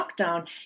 lockdown